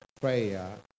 prayer